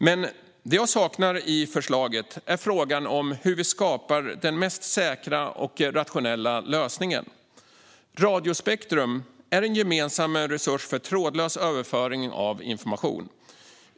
Men det jag saknar i förslaget är frågan om hur vi skapar den mest säkra och rationella lösningen. Radiospektrum är en gemensam resurs för trådlös överföring av information.